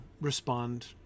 respond